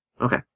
Okay